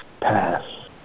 pass